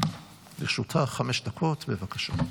לרשותך חמש דקות, בבקשה.